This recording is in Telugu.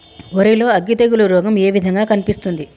వరి లో అగ్గి తెగులు రోగం ఏ విధంగా కనిపిస్తుంది?